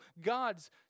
God's